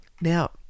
Now